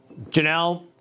Janelle